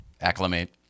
acclimate